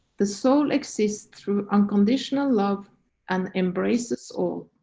the soul exists through unconditional love and embraces all.